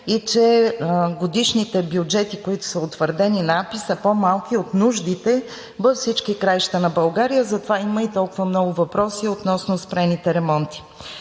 и че годишните бюджети, които са утвърдени за АПИ, са по-малки от нуждите във всички краища на България. Затова има и толкова много въпроси относно спрените ремонти.